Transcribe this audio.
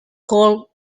called